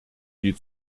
die